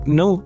no